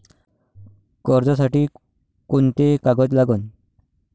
कर्जसाठी कोंते कागद लागन?